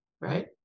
Right